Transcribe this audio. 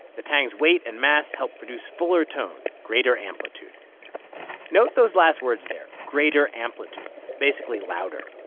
the tang's weight and mass help produce fuller tone, greater amplitude note those last words there, greater amplitude basically louder.